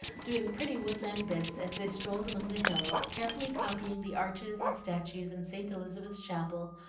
doing pretty woodland bits as they strolled among the hills, carefully copying the arches and statues in st. elizabeth's chapel,